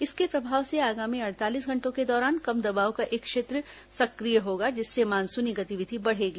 इसके प्रभाव से आगामी अड़तालीस घंटों के दौरान कम दबाव का एक क्षेत्र सक्रिय होगा जिससे मानसूनी गतिविधि बढ़ेगी